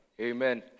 Amen